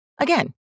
Again